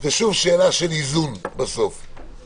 זה שאלה של איזון בסוף.